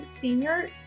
senior